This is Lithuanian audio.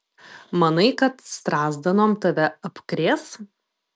manai kad strazdanom tave apkrės